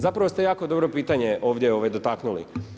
Zapravo ste jako dobro pitanje ovdje dotaknuli.